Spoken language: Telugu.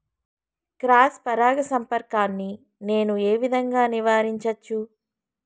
క్రాస్ పరాగ సంపర్కాన్ని నేను ఏ విధంగా నివారించచ్చు?